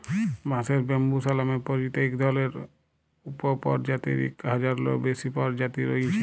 বাঁশের ব্যম্বুসা লামে পরিচিত ইক ধরলের উপপরজাতির ইক হাজারলেরও বেশি পরজাতি রঁয়েছে